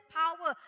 power